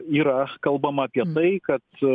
yra kalbama apie tai kad